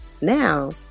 Now